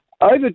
over